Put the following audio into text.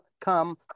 come